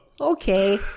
Okay